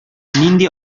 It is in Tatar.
нинди